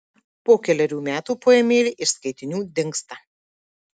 po kelerių metų poemėlė iš skaitinių dingsta